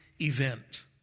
event